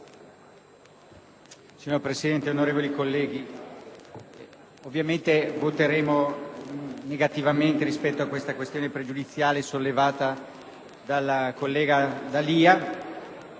Signor Presidente, onorevoli colleghi, ovviamente voteremo negativamente rispetto alla questione pregiudiziale sollevata dal collega D'Alia,